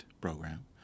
program